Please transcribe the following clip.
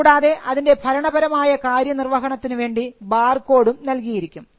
കൂടാതെ അതിൻറെ ഭരണപരമായ കാര്യനിർവ്വഹണത്തിന് വേണ്ടി ബാർ കോഡും നൽകിയിരിക്കും